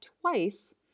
twice